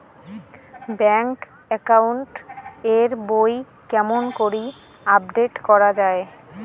Bank account এর বই কেমন করি আপডেট করা য়ায়?